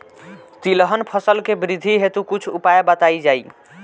तिलहन फसल के वृद्धी हेतु कुछ उपाय बताई जाई?